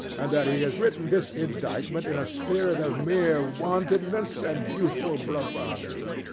and that he has written this indictment in a spirit of mere wantonness and youthful bravado.